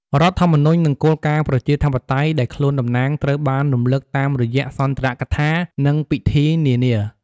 រដ្ឋធម្មនុញ្ញ និងគោលការណ៍ប្រជាធិបតេយ្យដែលខ្លួនតំណាងត្រូវបានរំលឹកតាមរយៈសុន្ទរកថា និងពិធីនានា។